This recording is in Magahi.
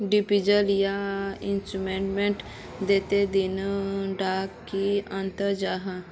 डिपोजिट या इन्वेस्टमेंट तोत दोनों डात की अंतर जाहा?